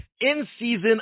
in-season